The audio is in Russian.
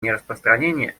нераспространение